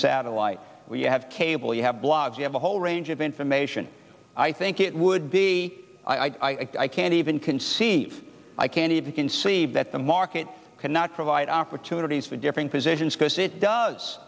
satellite you have cable you have blogs you have a whole range of information i think it would be i can't even conceive i can't even conceive that the market cannot provide opportunities for differing positions